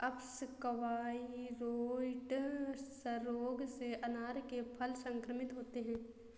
अप्सकवाइरोइड्स रोग से अनार के फल संक्रमित होते हैं